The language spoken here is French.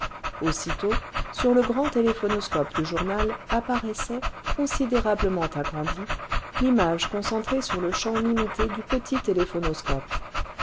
aussitôt sur le grand téléphonoscope du journal apparaissait considérablement agrandie l'image concentrée sur le champ limité du petit téléphonoscope